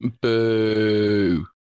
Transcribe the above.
Boo